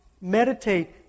Meditate